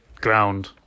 ground